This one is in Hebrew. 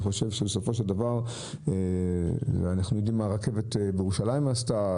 בסופו של דבר אנחנו יודעים מה הרכבת בירושלים עשתה.